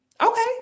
Okay